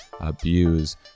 abuse